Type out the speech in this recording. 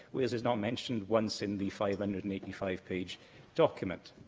wales is not mentioned once in the five hundred and eighty five page document.